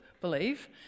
believe